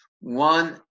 One